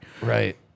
Right